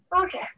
Okay